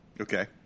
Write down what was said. Okay